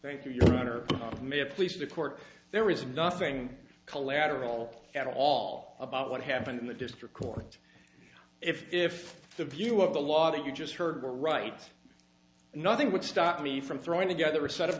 thank you your honor may have pleased the court there is nothing collateral at all about what happened in the district court if the view of the law to you just heard the right nothing would stop me from throwing together a set of